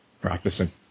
practicing